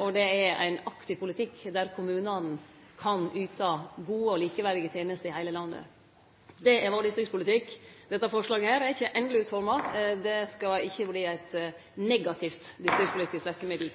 og det er ein aktiv politikk der kommunane kan yte gode og likeverdige tenester i heile landet. Det er vår distriktspolitikk. Dette forslaget er ikkje endeleg utforma – det skal ikkje verte eit negativt distriktspolitisk verkemiddel.